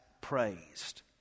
praised